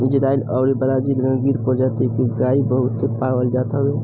Israel अउरी Brazil में गिर प्रजति के गाई के बहुते पालल जात हवे